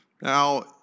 Now